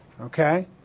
Okay